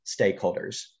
stakeholders